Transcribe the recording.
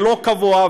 לא קבוע,